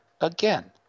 again